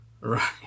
Right